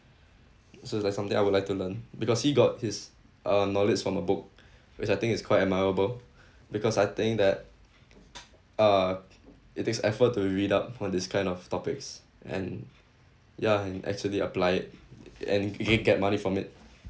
so is like something I would like to learn because he got his uh knowledge from a book which I think is quite admirable because I think that uh it takes effort to read up on this kind of topics and ya and actually apply it and you can get money from it